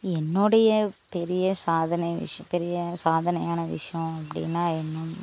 என்னோடைய பெரிய சாதனை பெரிய சாதனையான விஷயம் அப்படின்னா என்ன